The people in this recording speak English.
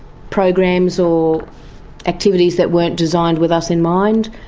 programs or activities that weren't designed with us in mind,